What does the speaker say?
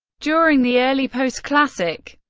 during the early post-classic,